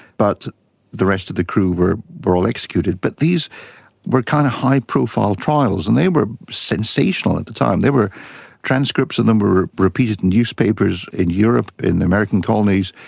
but the rest of the crew were were all executed. but these were kind of high profile trials and they were sensational at the time. there were transcripts a number were repeated in newspapers in europe, in the american colonies.